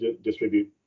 distribute